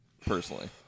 personally